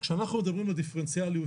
כשאנחנו מדברים על דיפרנציאליות,